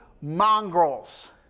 mongrels